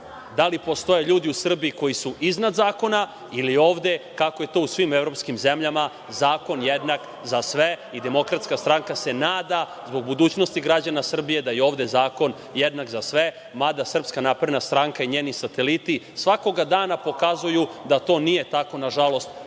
da li postoje ljudi u Srbiji koji su iznad zakona ili je ovde, kako je to u svim evropskim zemljama, zakon jednak za sve? Demokratska stranka se nada zbog budućnosti građana Srbije da je ovde zakon jednak za sve, mada SNS i njeni sateliti svakog dana pokazuju da to nije tako, nažalost,